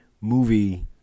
movie